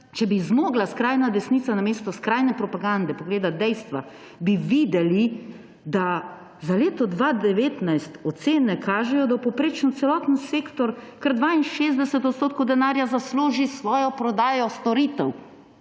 če bi zmogla skrajna desnica namesto skrajne propagande pogledati dejstva, bi videli, da za leto 2019 ocene kažejo, da v povprečju celoten sektor kar 62 % denarja zasluži s svojo prodajo storitev.